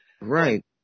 right